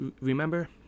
remember